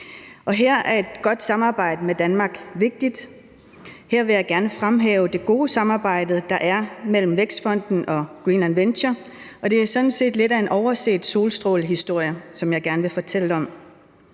Her er et godt samarbejde med Danmark vigtigt. Og her vil jeg gerne fremhæve det gode samarbejde, der er mellem Vækstfonden og Green Adventure, og det er sådan set lidt af en overset solstrålehistorie, som jeg gerne vil fortælle om.